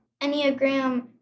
Enneagram